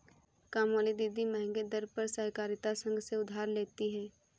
कामवाली दीदी महंगे दर पर सहकारिता संघ से उधार लेती है